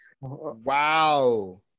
Wow